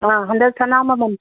ꯑꯥ ꯍꯟꯗꯛ ꯁꯅꯥ ꯃꯃꯟ